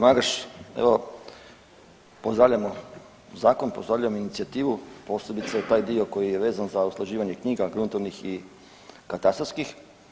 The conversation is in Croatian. Magaš, evo pozdravljamo zakon, pozdravljam inicijativu, posebice taj dio koji je vezan za usklađivanje knjiga, gruntovnih i katastarskih.